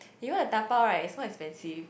you want to dabao right it's so expensive